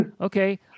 Okay